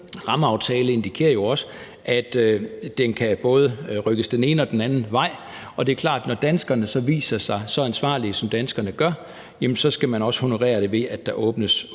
lavede, indikerer jo også, at den både kan rykkes den ene og den anden vej, og det er klart, at når danskerne så viser sig så ansvarlige, som danskerne gør, skal man også honorere det, ved at der åbnes